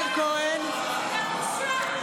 יא בושה.